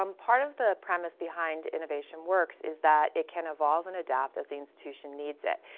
um part of the premise behind innovation works is that it can evolve and adapt as the institution needs it.